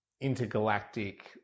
intergalactic